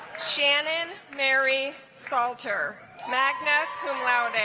shannon mary salter magna cum laude